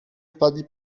wpadli